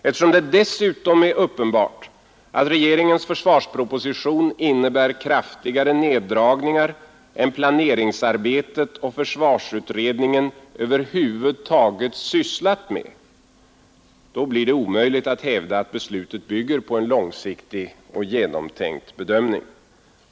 Eftersom det dessutom är uppenbart att regeringens försvarsproposition innebär kraftigare neddragningar än planeringsarbetet och försvarsutredningen över huvud taget sysslat med, så blir det omöjligt att hävda att beslutet bygger på en långsiktig och genomtänkt bedömning.